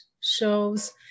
shows